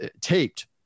taped